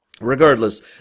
Regardless